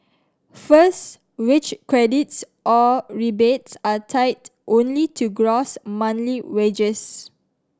first wage credits or rebates are tied only to gross monthly wages